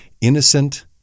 Innocent